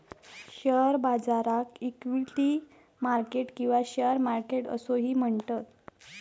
share बाजाराक equity market किंवा share market असोही म्हणतत